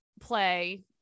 play